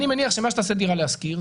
אני מניח שמה שתעשה דירה להשכיר,